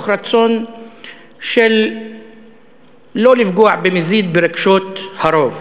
רצון של לא לפגוע במזיד ברגשות הרוב.